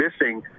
missing